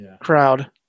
crowd